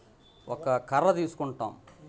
ఒక కర్ర తీసుకుంటాం